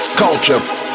culture